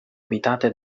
abitate